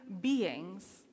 beings